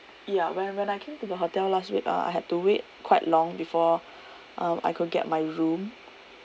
ya when when I came to the hotel last week uh I had to wait quite long before um I could get my room